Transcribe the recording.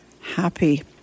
Happy